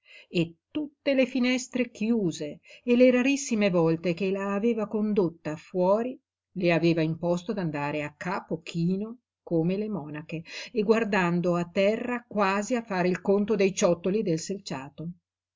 e tutte le finestre chiuse e le rarissime volte che la aveva condotta fuori le aveva imposto d'andare a capo chino come le monache e guardando a terra quasi a fare il conto dei ciottoli del selciato